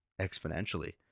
exponentially